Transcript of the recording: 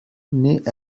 nait